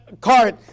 cart